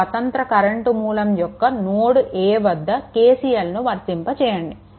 ఈ స్వతంత్ర కరెంట్ మూలం యొక్క నోడ్ a వద్ద KCLను వర్తింప చేయండి